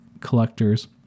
collectors